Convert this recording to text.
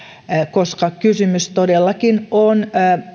koska kysymys todellakin on